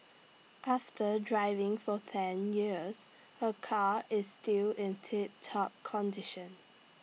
after driving for ten years her car is still in tiptop condition